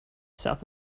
south